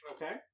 Okay